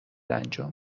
انجام